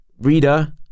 Reader